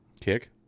Kick